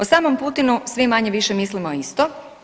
O samom Putinu svi manje-više mislimo isto.